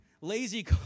lazy